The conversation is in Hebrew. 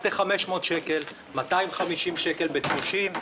250 שקל בתלושים,